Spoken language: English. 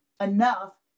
enough